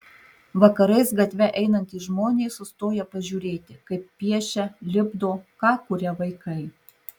vakarais gatve einantys žmonės sustoja pažiūrėti kaip piešia lipdo ką kuria vaikai